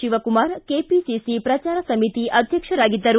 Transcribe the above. Shivakumara KPC ಪ್ರಚಾರ ಸಮಿತಿ ಅಧ್ಯಕ್ಷರಾಗಿದ್ದರು